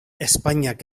ezpainak